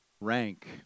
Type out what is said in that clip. rank